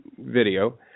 video